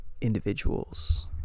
individuals